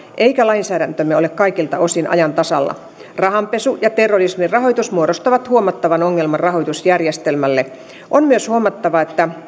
eikä lainsäädäntömme ole kaikilta osin ajan tasalla rahanpesu ja terrorismin rahoitus muodostavat huomattavan ongelman rahoitusjärjestelmälle on myös huomattava että